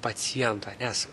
pacientą nes